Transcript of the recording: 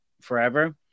forever